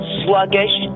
sluggish